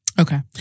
Okay